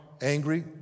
angry